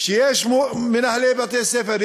שיש מנהלי בתי-ספר,